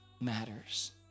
matters